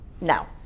No